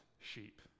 sheep